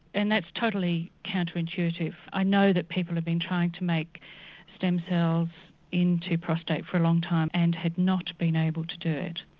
and that's totally counter intuitive, i know that people have been trying to make stem cells into prostate for a long time and have not been able to do it.